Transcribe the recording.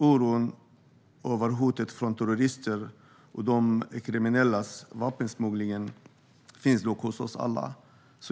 Oron över hotet från terrorister och vapensmugglare finns nog hos oss alla.